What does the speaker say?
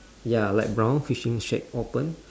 ya like brown fishing shack open